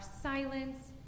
silence